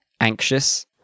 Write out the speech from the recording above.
anxious